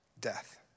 death